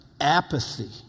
apathy